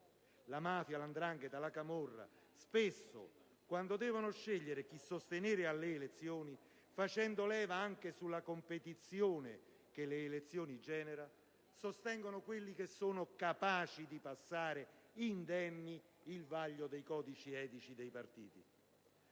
La mafia, la 'ndrangheta e la camorra spesso, quando devono scegliere chi sostenere alle elezioni, facendo leva anche sulla competizione che le elezioni stesse generano, sostengono quelli che sono capaci di passare indenni il vaglio dei codici etici dei partiti.